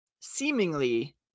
seemingly